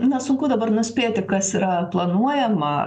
na sunku dabar nuspėti kas yra planuojama